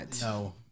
No